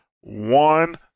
one